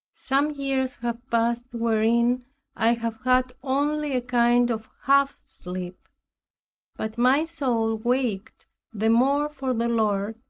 some years have passed wherein i have had only a kind of half-sleep but my soul waked the more for the lord,